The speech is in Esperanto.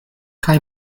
kaj